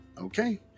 Okay